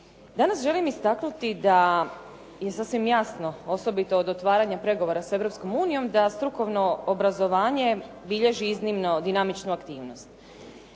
Danas želim istaknuti da je sasvim jasno, osobito od otvaranja pregovora s Europskom unijom da strukovno obrazovanje bilježi iznimno dinamičnu aktivnost.